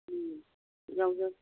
ꯎꯝ